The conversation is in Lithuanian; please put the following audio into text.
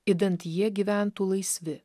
idant jie gyventų laisvi